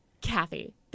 Kathy